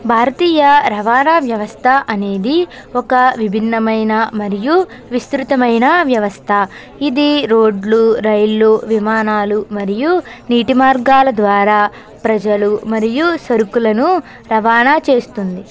భారతీయ రవాణా వ్యవస్థ అనేది ఒక విభిన్నమైన మరియు విస్తృతమైన వ్యవస్థ ఇది రోడ్లు రైళ్ళు విమానాలు మరియు నీటి మార్గాల ద్వారా ప్రజలు మరియు సరుకులను రవాణా చేస్తుంది